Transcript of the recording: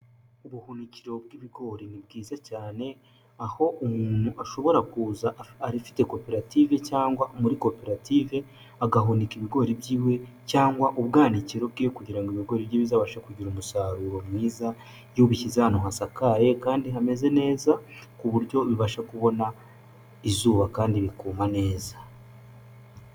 Ubuhunikiro bw'ibigori ni bwiza cyane, aho umuntu ashobora kuza afite koperative cyangwa muri koperative, agahunika ibigori byiwe cyangwa ubwanikiro bwe kugira ngo ibigori bye bizabashe kugira umusaruro mwiza, iyo ubishyize ahantu hasakaye kandi hameze neza, ku buryo bibasha kubona izuba kandi bikuma neza.